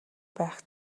байх